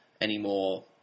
anymore